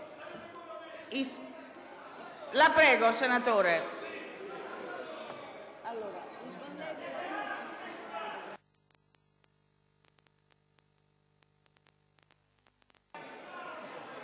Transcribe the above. La prego, senatore.